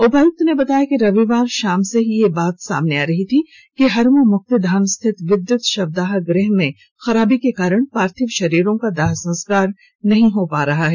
उपायुक्त ने बताया कि रविवार शाम से ही यह बात सामने आ रही थी कि हरमू मुक्तिधाम स्थित विद्युत शवदाह गृह में खराबी के कारण पार्थिव शरीरो का दाह संस्कार नहीं हो पा रहा है